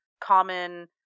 common